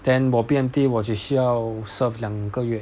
then 我 B_M_T 我只需要 serve 两个月